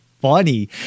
funny